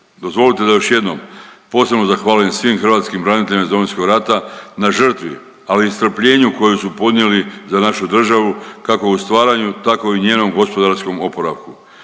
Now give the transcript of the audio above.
Dozvolite da još jednom posebno zahvalim svim hrvatskim braniteljima iz Domovinskog rata na žrtvi, ali i strpljenju koju su podnijeli za našu državu, kako u stvaranju, tako i u njenom gospodarskom oporavku.